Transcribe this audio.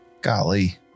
Golly